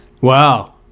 Wow